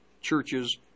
churches